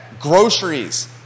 groceries